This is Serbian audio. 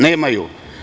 Nemaju.